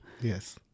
yes